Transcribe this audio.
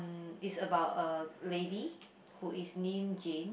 is about a lady who is named Jane